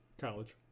college